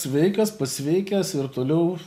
sveikas pasveikęs ir toliau